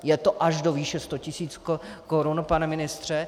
Je to až do výše 100 tisíc korun, pane ministře.